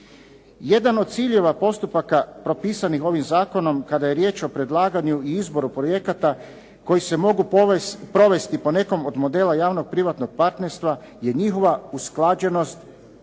Jedan od ciljeva postupaka propisanih ovim zakonom kada je riječ o predlaganju i izboru projekata koji se mogu provesti po nekom od modela javnog privatnog partnerstva je njihova usklađenost s